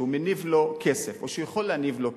שמניב לו כסף או שיכול להניב לו כסף,